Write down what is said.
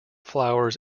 flowers